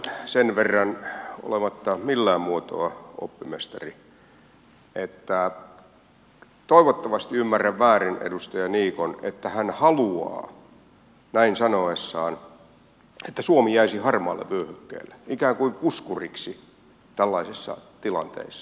ihan sen verran olematta millään muotoa oppimestari että toivottavasti ymmärrän väärin edustaja niikon että hän haluaa näin sanoessaan että suomi jäisi harmaalle vyöhykkeelle ikään kuin puskuriksi tällaisissa tilanteissa